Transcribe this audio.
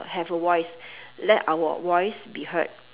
have a voice let our voice be heard